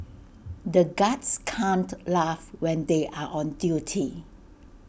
the guards can't laugh when they are on duty